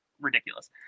ridiculous